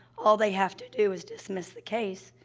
all they have to do is dismiss the case,